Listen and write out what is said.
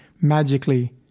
magically